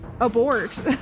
abort